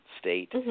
State